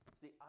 see